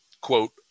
quote